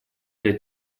для